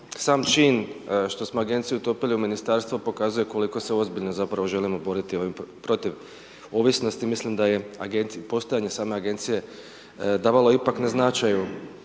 sam čin što smo agenciju utopili u ministarstvo pokazuje koliko se ozbiljno zapravo želimo boriti protiv ovisnosti, mislim da je postojanje same agencije davalo ipak na značaju